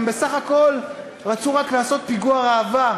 הם בסך הכול רצו רק לעשות פיגוע ראווה,